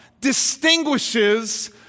distinguishes